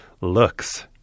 looks